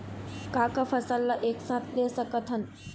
का का फसल ला एक साथ ले सकत हन?